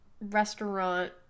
restaurant